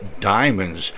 diamonds